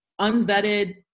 unvetted